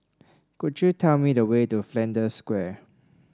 could you tell me the way to Flanders Square